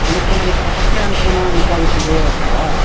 अनुक्रमणिका पठ्यानुक्रमाणिकविषये अस्ति वा